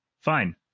Fine